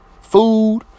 food